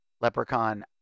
Leprechaun